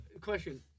question